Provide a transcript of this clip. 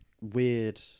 weird